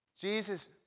Jesus